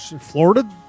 Florida